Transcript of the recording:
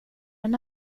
den